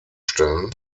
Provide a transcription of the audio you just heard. stellen